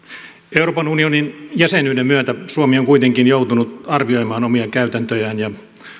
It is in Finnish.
euroopan unionin jäsenyyden myötä suomi on kuitenkin joutunut arvioimaan omia käytäntöjään ja